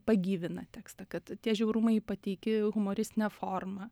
pagyvina tekstą kad tie žiaurumai pateiki humoristine forma